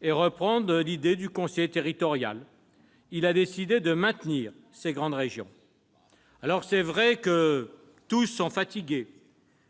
et reprendre l'idée du conseiller territorial. Il a décidé de maintenir ces grandes régions. Il est vrai que tous sont fatigués